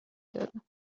دادن